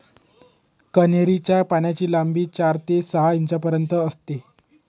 कन्हेरी च्या पानांची लांबी चार ते सहा इंचापर्यंत असते